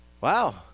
Wow